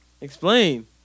explain